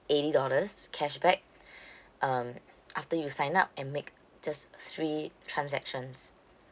eighty dollars cashback um after you sign up and make just three transactions